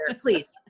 please